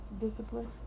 discipline